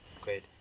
Great